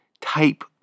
type